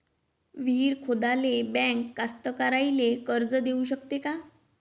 विहीर खोदाले बँक कास्तकाराइले कर्ज देऊ शकते का?